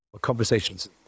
Conversations